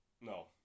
no